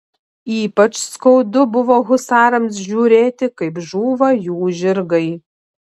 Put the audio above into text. ypač skaudu buvo husarams žiūrėti kaip žūva jų žirgai